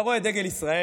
אתה רואה את דגל ישראל,